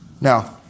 Now